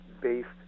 based